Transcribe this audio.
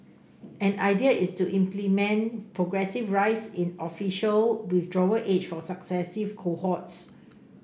an idea is to implement progressive rise in official withdrawal age for successive cohorts